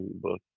book